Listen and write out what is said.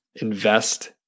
invest